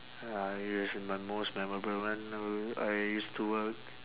uh it's my most memorable one know I used to work